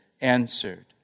answered